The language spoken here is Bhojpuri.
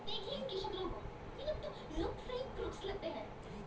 धान क फसल क फायदा कईसे होला?